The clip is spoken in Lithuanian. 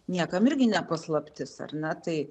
niekam irgi ne paslaptis ar ne tai